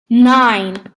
nine